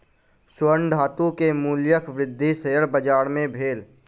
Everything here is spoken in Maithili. स्वर्ण धातु के मूल्यक वृद्धि शेयर बाजार मे भेल